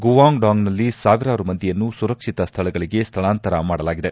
ಗುವಾಂಗ್ಡಾಂಗ್ನಲ್ಲಿ ಸಾವಿರಾರು ಮಂದಿಯನ್ನು ಸುರಕ್ಷಿತ ಸ್ಥಳಗಳಿಗೆ ಸ್ಥಳಾಂತರ ಮಾಡಲಾಗಿದೆ